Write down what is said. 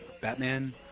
Batman